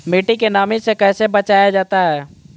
मट्टी के नमी से कैसे बचाया जाता हैं?